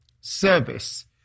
Service